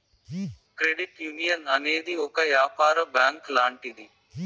credit union అనేది ఒక యాపార బ్యాంక్ లాంటిది